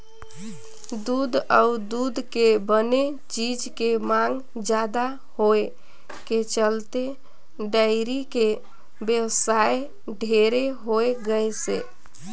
दूद अउ दूद के बने चीज के मांग जादा होए के चलते डेयरी के बेवसाय ढेरे होय गइसे